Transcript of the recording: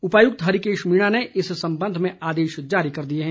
उपायुक्त हरिकेष मीणा ने इस संबंध में आदेश जारी कर दिए हैं